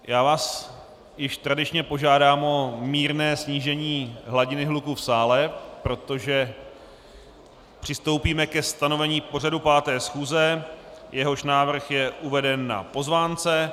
Já vás již tradičně požádám o mírné snížení hladiny hluku v sále, protože přistoupíme ke stanoven pořadu 5. schůze, jehož návrh je uveden na pozvánce.